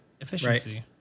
Efficiency